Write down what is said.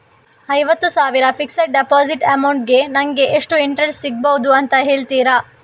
ಐವತ್ತು ಸಾವಿರ fixed deposit amount ಗೆ ನಂಗೆ ಎಷ್ಟು ಇಂಟ್ರೆಸ್ಟ್ ಸಿಗ್ಬಹುದು ಅಂತ ಹೇಳ್ತೀರಾ?